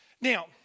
Now